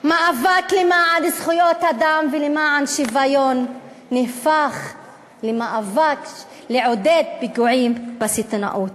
מאבק למען זכויות אדם ולמען שוויון נהפך למאבק לעודד פיגועים בסיטונאות.